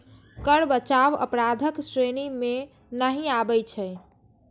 कर बचाव अपराधक श्रेणी मे नहि आबै छै